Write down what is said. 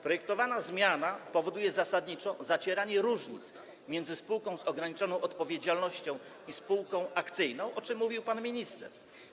Projektowana zmiana powoduje natomiast zacieranie różnic między spółką z ograniczoną odpowiedzialnością a spółką akcyjną, o czym mówił pan minister.